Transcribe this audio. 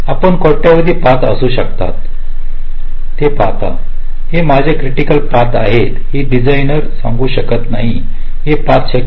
आपण कोट्यावधी पथ असू शकतात हे पाहता हे माझे क्रिटिकल पथ आहेत हे डिझाइन र सांगू शकत नाही हे शक्य नाही